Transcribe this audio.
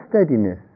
steadiness